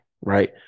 right